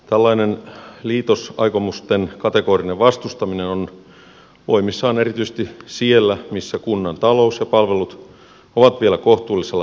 tällainen liitosaikomusten kategorinen vastustaminen on voimissaan erityisesti siellä missä kunnan talous ja palvelut ovat vielä kohtuullisella tolalla